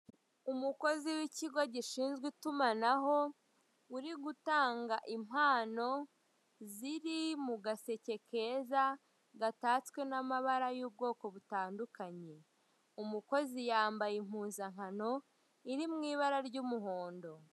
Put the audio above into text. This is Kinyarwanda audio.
Umukozi w'ikigo gishinzwe itumanaho, uri gutanga impano ziri mu gaseke keza, gatatswe n'amabara y'ubwoko butandukanye. Umukozi yambaye impuzankano iri mw'ibara ry'umuhondo.